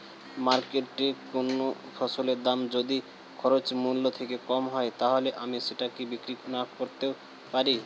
মার্কেটৈ কোন ফসলের দাম যদি খরচ মূল্য থেকে কম হয় তাহলে আমি সেটা কি বিক্রি নাকরতেও পারি?